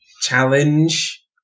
challenge